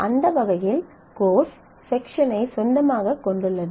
அந்த வகையில் course section ஐ சொந்தமாகக் கொண்டுள்ளது